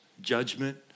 judgment